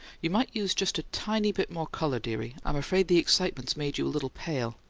you might use just a tiny bit more colour, dearie i'm afraid the excitement's made you a little pale.